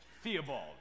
Theobald